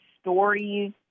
stories